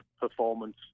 performance